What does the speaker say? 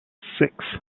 six